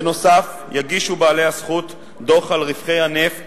בנוסף, יגישו בעלי הזכות דוח על רווחי הנפט